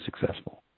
successful